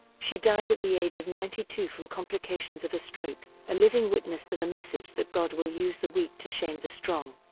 she died at the age of ninety two from complications of a stroke, a living witness to the message that god will use the weak to shame the strong.